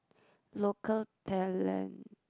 local talent